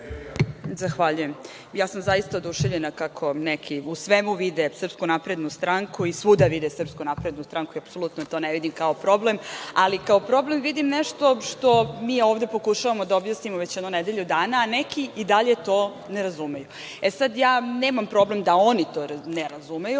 Zahvaljujem. Zaista sam oduševljena kako neki u svemu vide Srpsku naprednu stranku i svuda vide Srpsku naprednu stranku. Ja apsolutno to ne vidim kao problem, ali kao problem vidim nešto što mi ovde pokušavamo da objasnimo već nedelju dana, a neki i dalje to ne razumeju. Nemam problem da oni to ne razumeju,